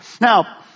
Now